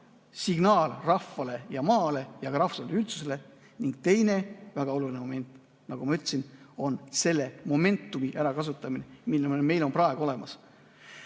signaal rahvale ja maale ja rahvusvahelisele üldsusele, ning teine väga oluline moment, nagu ma ütlesin, on selle momentumi ärakasutamine, mis meil praegu on.